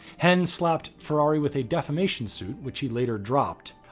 hend slapped ferrari with a defamation suit, which he later dropped.